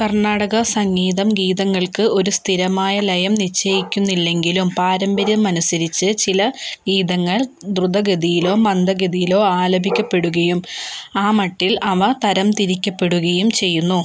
കർണാടക സംഗീതം ഗീതങ്ങൾക്ക് ഒരു സ്ഥിരമായ ലയം നിശ്ചയിക്കുന്നില്ലെങ്കിലും പാരമ്പര്യമനുസരിച്ച് ചില ഗീതങ്ങൾ ദ്രുതഗതിയിലോ മന്ദഗതിയിലോ ആലപിക്കപ്പെടുകയും ആ മട്ടിൽ അവ തരംതിരിക്കപ്പെടുകയും ചെയ്യുന്നു